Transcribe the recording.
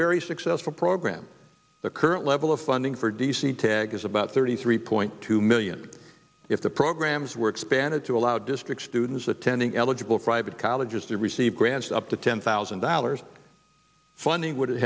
very successful program the current level of funding for d c tag is about thirty three point two million if the programs were expanded to allow districts students attending eligible private colleges to receive grants up to ten thousand dollars funding would